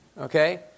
Okay